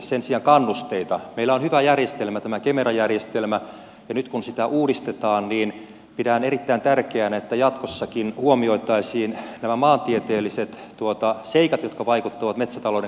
meillä on hyvä järjestelmä tämä kemera järjestelmä ja nyt kun sitä uudistetaan niin pidän erittäin tärkeänä että jatkossakin huomioitaisiin nämä maantieteelliset seikat jotka vaikuttavat metsätalouden kannattavuuteen